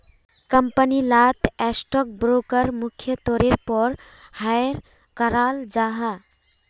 company लात stock broker मुख्य तौरेर पोर हायर कराल जाहा